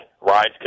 rides